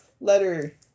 letter